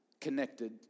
connected